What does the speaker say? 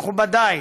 מכובדי,